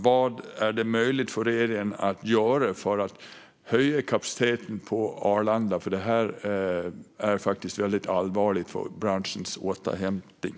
Vad kan regeringen göra för att höja kapaciteten på Arlanda? Detta är faktiskt väldigt allvarligt för branschens återhämtning.